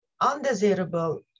undesirable